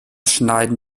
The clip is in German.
schneiden